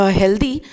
healthy